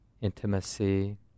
intimacy